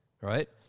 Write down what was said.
right